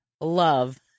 love